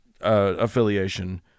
affiliation